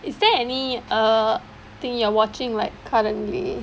is there any err thing you are watching like currently